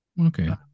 Okay